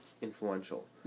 influential